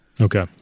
Okay